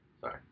Sorry